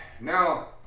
now